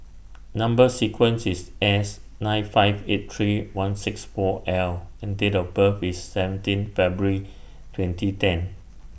Number sequence IS S nine five eight three one six four L and Date of birth IS seventeen February twenty ten